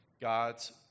God's